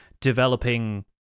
developing